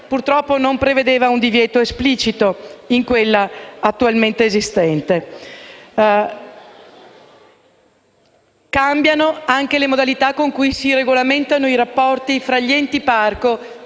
purtroppo non vedeva un divieto esplicito nella normativa attualmente esistente. Cambiano anche le modalità con cui si regolamentano i rapporti tra gli enti parco